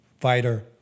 fighter